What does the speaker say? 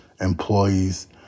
employees